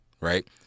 right